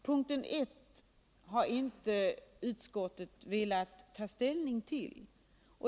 Punkten I har inte utskottet velat ta ställning till.